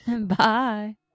Bye